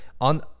on